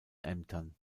ämtern